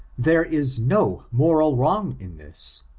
there is no moral wrong in this.